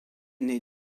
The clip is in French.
nait